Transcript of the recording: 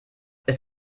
ist